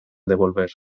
devolver